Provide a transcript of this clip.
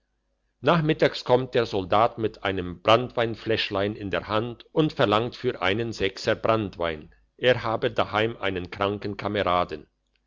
nachmittags kommt der soldat mit einem branntweinfläschlein in der hand und verlangt für einen sechser branntenwein er habe daheim einen kranken kameraden